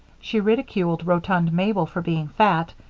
she ridiculed rotund mabel for being fat,